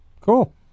Cool